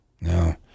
no